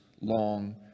long